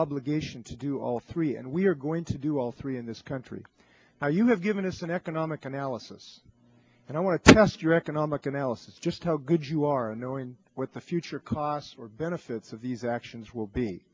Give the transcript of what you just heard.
obligation to do all three and we're going to do all three in this country now you have given us an economic analysis and i want to test your economic analysis just how good you are in knowing what the future costs or benefits of these actions will be